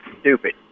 stupid